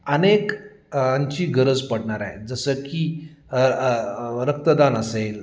अनेकांची गरज पडणार आहे आहे जसं की रक्तदान असेल